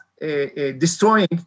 destroying